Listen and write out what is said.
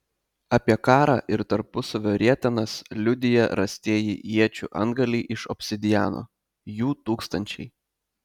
apie karą ir tarpusavio rietenas liudija rastieji iečių antgaliai iš obsidiano jų tūkstančiai